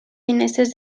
finestres